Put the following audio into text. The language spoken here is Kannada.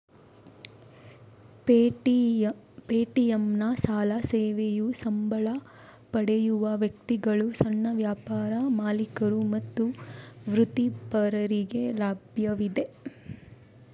ಪೇಟಿಎಂನ ಸಾಲ ಸೇವೆಯು ಸಂಬಳ ಪಡೆಯುವ ವ್ಯಕ್ತಿಗಳು, ಸಣ್ಣ ವ್ಯಾಪಾರ ಮಾಲೀಕರು ಮತ್ತು ವೃತ್ತಿಪರರಿಗೆ ಲಭ್ಯವಿದೆ